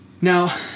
Now